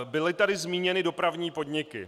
Byly tady zmíněny dopravní podniky.